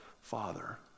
father